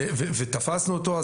ותפסנו אותו,